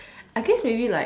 I guess maybe like